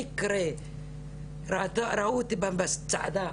ראו אותי בצעדה,